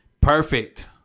perfect